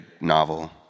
novel